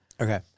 Okay